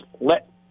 let